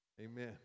Amen